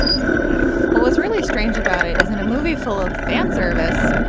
yeah but anyway, what was really strange about it isn't a movie full of fanservice.